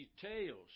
details